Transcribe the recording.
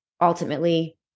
ultimately